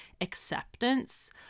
acceptance